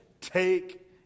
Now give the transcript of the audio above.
take